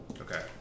Okay